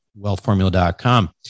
wealthformula.com